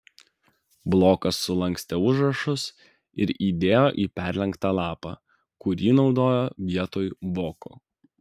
blokas sulankstė užrašus ir įdėjo į perlenktą lapą kurį naudojo vietoj voko